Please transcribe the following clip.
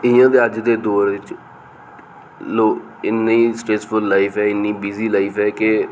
इयां ते अज दे दौर च इन्नी स्ट्रेसफुल लाइफ ऐ इन्नी बिजी लाइफ ऐ के